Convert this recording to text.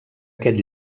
aquest